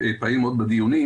פעיל מאוד בדיונים